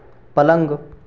पलंग